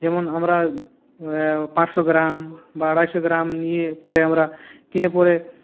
যেমন আমরা পাঁচশো গ্রাম বা আড়াইশো গ্রাম নিয়ে পরে আমরা কিনে পরে